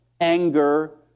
anger